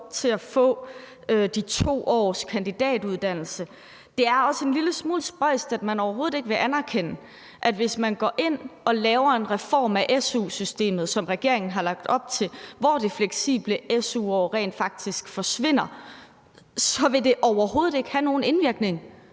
til at få de 2 års kandidatuddannelse. Det er også en lille smule spøjst, at man overhovedet ikke vil anerkende, at det, hvis man går ind og laver en reform af su-systemet, som regeringen har lagt op til, hvor det fleksible su-år rent faktisk forsvinder, overhovedet ikke vil have nogen negativ indvirkning